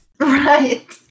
Right